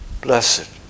blessed